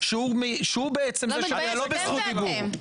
שהוא בעצם זה שהיה --- אתה לא בזכות דיבור.